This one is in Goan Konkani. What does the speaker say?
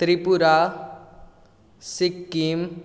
त्रिपुरा सिक्कीम